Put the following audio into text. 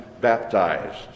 baptized